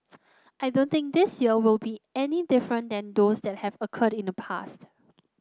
I don't think this year will be any different than those that have occurred in the past